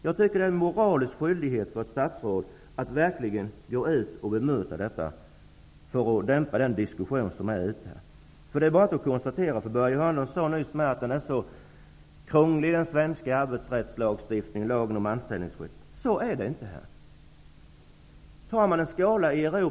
Jag tycker att ett statsråd har en moralisk skyldighet att verkligen gå ut och bemöta detta för att dämpa den diskussion som förs ute i landet. Börje Hörnlund sade nyss att den svenska arbetsrättslagstiftningen, lagen om anställningsskydd, är så krånglig, men så är det inte.